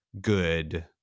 good